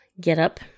getup